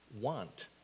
want